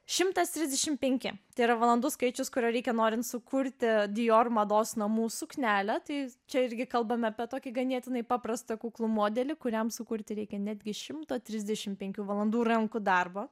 šimtas trisdešim penki tai yra valandų skaičius kurio reikia norint sukurti dior mados namų suknelę tai čia irgi kalbame apie tokį ganėtinai paprastą kuklų modelį kuriam sukurti reikia netgi šimto trisdešim penkių valandų rankų darbo